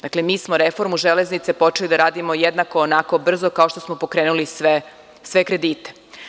Dakle, mi smo reformu „Železnice“ počeli da radimo jednako onako brzo kao što smo pokrenuli i sve kredite.